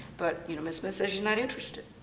but you know ms. smith says she's not interested.